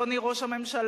אדוני ראש הממשלה,